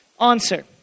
Answer